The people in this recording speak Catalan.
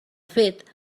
fet